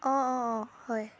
অঁ অঁ অঁ হয়